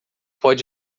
pode